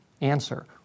Answer